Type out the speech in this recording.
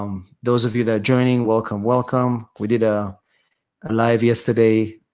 um those of you that are joining, welcome, welcome. we did a live yesterday